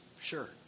sure